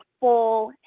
full